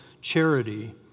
charity